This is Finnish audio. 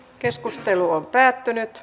keskustelu päättyi